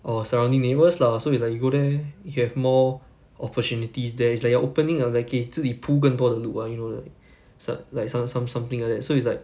our surrounding neighbours lah so it's like you go there you have more opportunities there it's like you're opening like 给自己铺更多的路 ah you know like so~ like som~ some something like that so it's like